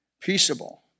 peaceable